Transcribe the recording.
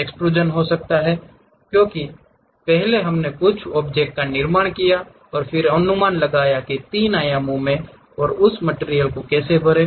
extrusion हो सकता है क्योंकि पहले हमने कुछ ऑब्जेक्ट का निर्माण किया है और फिर अनुमान लगाया कि 3 आयामों में और उस मटिरियल को कैसे भरें